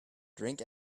drink